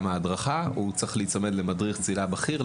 ההדרכה הוא צריך להיצמד למדריך צלילה בכיר,